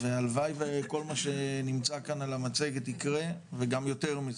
והלוואי וכל מה שנמצא כאן על המצגת יקרה וגם יותר מזה,